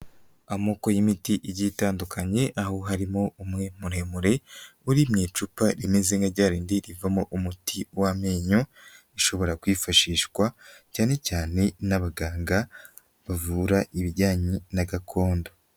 Amoko y'imiti igi itandukanye. aho harimo umwe muremure, uri mu icupa rimeze rya rindi rivamo umuti w'amenyo, ushobora kwifashishwa cyane cyane n'abaganga bavura ibijyanye na gakondo.